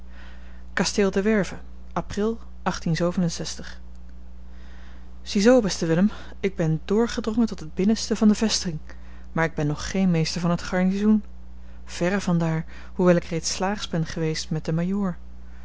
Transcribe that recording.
kasteel de werve april zie zoo beste willem ik ben doorgedrongen tot het binnenste van de vesting maar ik ben nog geen meester van t garnizoen verre van daar hoewel ik reeds slaags geweest ben met den